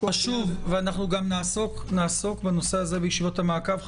חשוב, ונעסוק בנושא הזה בישיבות המעקב.